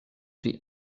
pri